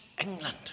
England